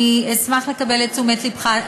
אני אשמח לקבל את תשומת לבך,